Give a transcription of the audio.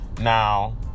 Now